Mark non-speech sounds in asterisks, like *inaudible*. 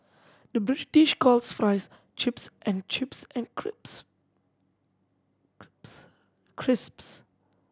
the British calls fries chips and chips and *unintelligible* crisps